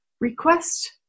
request